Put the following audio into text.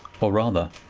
or, rather,